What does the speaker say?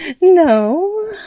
No